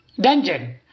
dungeon